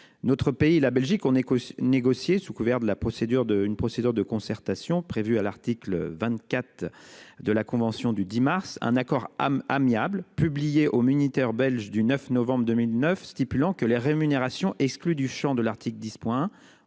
Notre pays, la Belgique, on est costaud négocié sous couvert de la procédure d'une procédure de concertation prévue à l'article 24 de la convention du 10 mars un accord amiable publié aux militaires belges du 9 novembre 2009 stipulant que les rémunérations exclus du Champ de l'article 10